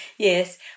Yes